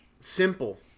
simple